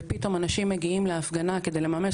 ופתאום אנשים מגיעים להפגנה כדי לממש